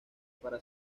para